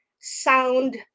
sound